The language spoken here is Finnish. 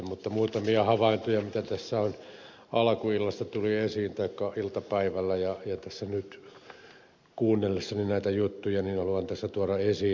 mutta muutamia havaintoja mitä tässä on alkuillasta tullut esille taikka iltapäivällä ja mitä tässä nyt kuunnellessani näitä juttuja haluan tuoda esiin